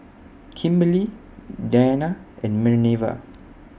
Kimberely Dianna and Minerva